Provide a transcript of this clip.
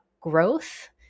growth